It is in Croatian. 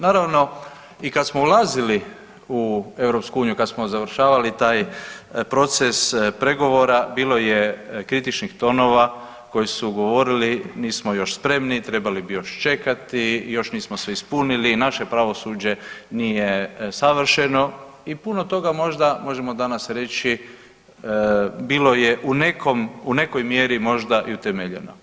Naravno i kad smo ulazili u EU, kad smo završavali taj proces pregovora bilo je kritičnih tonova koji su govorili nismo još spremni, trebali bi još čekati, još nismo sve ispunili, naše pravosuđe nije savršeno i puno toga možda možemo danas reći bilo je u nekom, u nekoj mjeri možda i utemeljeno.